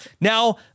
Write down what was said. Now